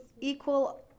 equal